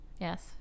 yes